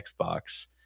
xbox